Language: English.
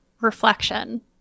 reflection